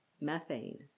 methane